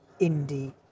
indie